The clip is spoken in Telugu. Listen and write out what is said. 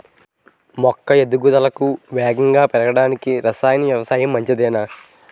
మొక్క ఎదుగుదలకు వేగంగా పెరగడానికి, రసాయన వ్యవసాయం మంచిదేనా?